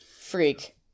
freak